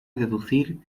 deducir